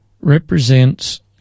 represents